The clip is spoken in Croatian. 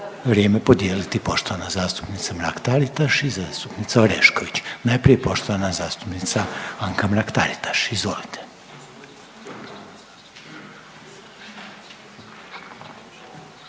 vrijeme podijeliti poštovana zastupnica Mrak Taritaš i zastupnica Orešković. Najprije poštovana zastupnica Anka Mrak Taritaš, izvolite.